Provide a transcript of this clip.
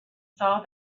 saw